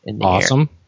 Awesome